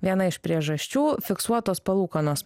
viena iš priežasčių fiksuotos palūkanos